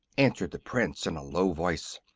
answered the prince, in a low voice.